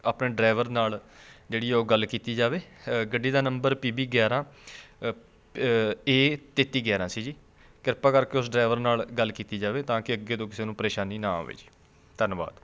ਆਪਣੇ ਡਰਾਇਵਰ ਨਾਲ ਜਿਹੜੀ ਉਹ ਗੱਲ ਕੀਤੀ ਜਾਵੇ ਗੱਡੀ ਦਾ ਨੰਬਰ ਪੀ ਬੀ ਗਿਆਰਾਂ ਏ ਤੇਤੀ ਗਿਆਰਾਂ ਸੀ ਜੀ ਕਿਰਪਾ ਕਰਕੇ ਉਸ ਡਰਾਈਵਰ ਨਾਲ ਗੱਲ ਕੀਤੀ ਜਾਵੇ ਤਾਂ ਕਿ ਅੱਗੇ ਤੋਂ ਕਿਸੇ ਨੂੰ ਪਰੇਸ਼ਾਨੀ ਨਾ ਆਵੇ ਜੀ ਧੰਨਵਾਦ